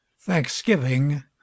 Thanksgiving